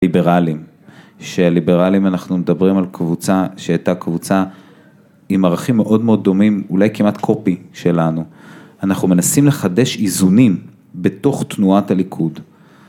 ליברלים, שליברלים אנחנו מדברים על קבוצה שהייתה קבוצה עם ערכים מאוד מאוד דומים, אולי כמעט קופי שלנו, אנחנו מנסים לחדש איזונים בתוך תנועת הליכוד